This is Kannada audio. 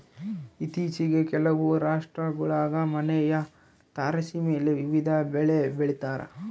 ಇತ್ತೀಚಿಗೆ ಕೆಲವು ರಾಷ್ಟ್ರಗುಳಾಗ ಮನೆಯ ತಾರಸಿಮೇಲೆ ವಿವಿಧ ಬೆಳೆ ಬೆಳಿತಾರ